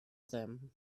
them